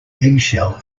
eggshell